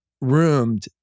roomed